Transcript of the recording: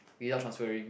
without transferring